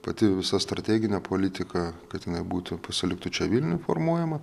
pati visa strateginė politika kad jinai būtų pasiliktų čia vilniuj formuojama